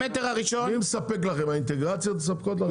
מי מספק לכם, האינטגרציות מספקות לכם?